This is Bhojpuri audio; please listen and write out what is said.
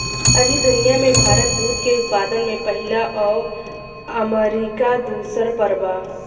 अभी दुनिया में भारत दूध के उत्पादन में पहिला आ अमरीका दूसर पर बा